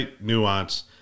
Nuance